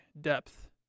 depth